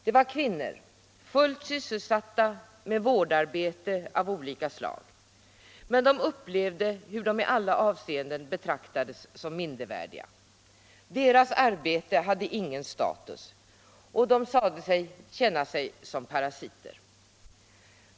Det var kvinnor, fullt sysselsatta med vårdarbete av olika slag. Men de upplevde hur de i alla avseenden betraktades som mindervärdiga. Deras arbete hade ingen status, och de sade sig känna sig som parasiter.